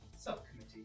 Subcommittee